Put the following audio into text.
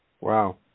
Wow